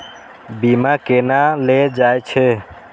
बीमा केना ले जाए छे?